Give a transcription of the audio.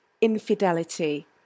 infidelity